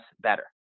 better